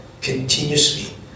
continuously